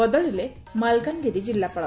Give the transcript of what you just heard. ବଦଳିଲେ ମାଲକାନଗିରି ଜିଲ୍ଲାପାଳ